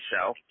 show